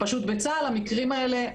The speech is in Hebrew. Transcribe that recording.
פשוט בצה"ל המקרים האלה,